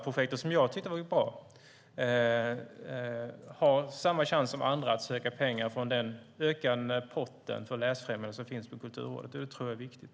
"-projektet, som jag tycker var bra, har samma chans som andra att söka pengar från den ökande potten för läsfrämjande som finns på Kulturrådet. Det är viktigt.